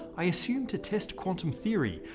i assume to test quantum theory.